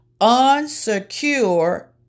unsecure